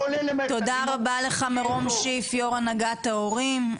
תודה רבה לך מרום שיף, יושב ראש הנהגת ההורים.